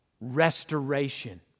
Restoration